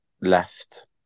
left